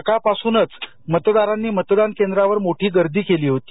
सकालपासूनच मतदारांनी मतदानकेंद्रांवर मोठी गर्दी केली होती